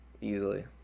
Easily